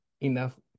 enough